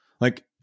Like-